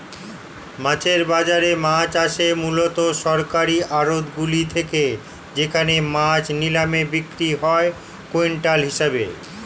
মাছের বাজারে মাছ আসে মূলত সরকারি আড়তগুলি থেকে যেখানে মাছ নিলামে বিক্রি হয় কুইন্টাল হিসেবে